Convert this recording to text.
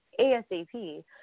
ASAP